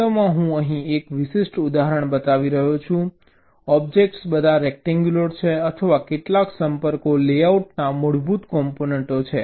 વાસ્તવમાં હું અહીં એક વિશિષ્ટ ઉદાહરણ બતાવી રહ્યો છું ઓબ્જેક્ટો બધા રેક્ટેન્ગ્યુલર છે અથવા કેટલાક સંપર્કો લેઆઉટના મૂળભૂત કોમ્પોનન્ટો છે